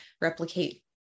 replicate